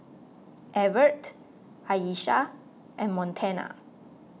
Evertt Ayesha and Montana